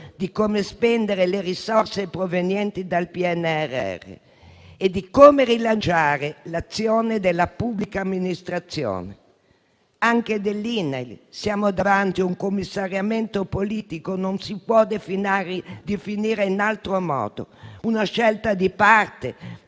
di come spendere le risorse provenienti dal PNRR e di come rilanciare l'azione della pubblica amministrazione, anche dell'INAIL. Siamo davanti a un commissariamento politico: non si può definire in altro modo una scelta di parte,